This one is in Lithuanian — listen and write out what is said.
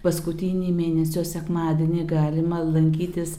paskutinį mėnesio sekmadienį galima lankytis